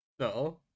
No